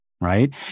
Right